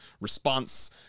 response